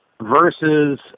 versus